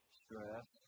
stress